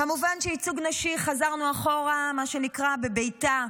כמובן שייצוג נשי חזרנו אחורה, מה שנקרא, בבעיטה.